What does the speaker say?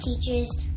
teachers